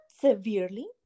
severely